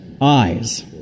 eyes